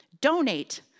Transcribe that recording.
donate